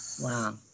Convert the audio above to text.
Wow